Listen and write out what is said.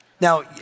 Now